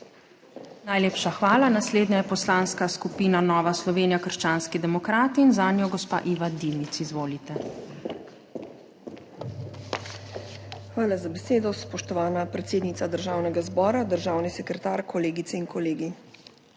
Najlepša hvala. Naslednja je Poslanska skupina Nova Slovenija − krščanski demokrati in zanjo gospa Iva Dimic. Izvolite! IVA DIMIC (PS NSi): Hvala za besedo. Spoštovana predsednica Državnega zbora, državni sekretar, kolegice in kolegi!